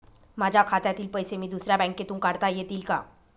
माझ्या खात्यातील पैसे मी दुसऱ्या बँकेतून काढता येतील का?